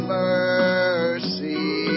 mercy